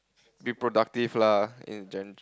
be productive lah in gen~